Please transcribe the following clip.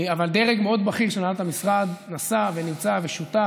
אבל דרג מאוד בכיר של הנהלת המשרד נסע ונמצא ושותף.